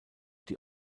die